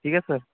ठीक आहे सर